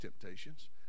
temptations